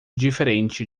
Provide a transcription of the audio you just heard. diferente